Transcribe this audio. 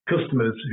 customers